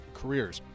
careers